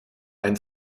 ein